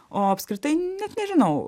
o apskritai net nežinau